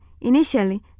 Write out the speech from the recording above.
Initially